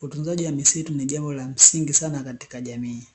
Utunzaji wa misiti ni jambo la msingi sana katika jamii.